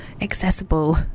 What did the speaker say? accessible